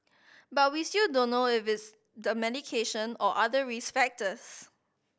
but we still don't know if is medication or other risk factors